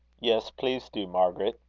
yes, please do, margaret.